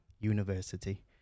University